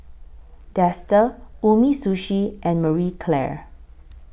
Dester Umisushi and Marie Claire